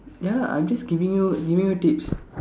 ya lah I'm just giving you giving you tips